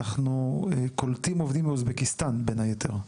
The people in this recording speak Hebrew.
אנחנו קולטים עובדים מאוזבקיסטן בין היתר.